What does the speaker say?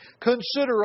Consider